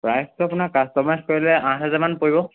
প্ৰাইজটো আপোনাৰ কাষ্টমাইজ কৰিলে আঠ হাজাৰমান পৰিব